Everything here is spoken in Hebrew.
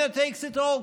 the winner takes it all,